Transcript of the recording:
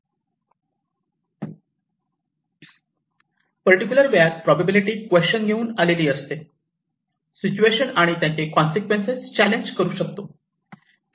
particular वेळात probability question येऊन असलेली सिच्युएशन आणि त्याचे कॉनसिक्वेन्स चॅलेंज करू शकतो